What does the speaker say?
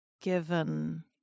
given